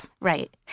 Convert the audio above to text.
Right